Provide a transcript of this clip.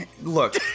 Look